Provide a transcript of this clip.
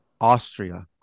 Austria